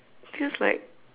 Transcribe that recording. feels like